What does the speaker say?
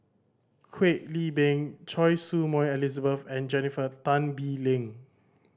Kwek Leng Beng Choy Su Moi Elizabeth and Jennifer Tan Bee Leng